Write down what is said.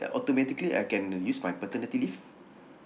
uh automatically I can use my paternity leave